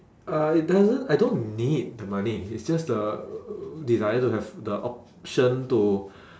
uh it doesn't I don't need the money it's just the desire to have the option to